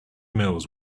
mills